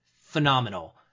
phenomenal